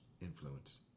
influence